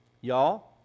y'all